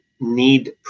need